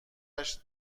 خودش